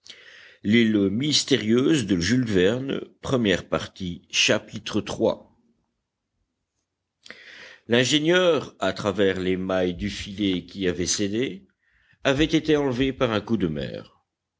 chapitre iii l'ingénieur à travers les mailles du filet qui avaient cédé avait été enlevé par un coup de mer